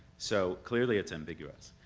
so, clearly, it's ambiguous.